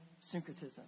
syncretism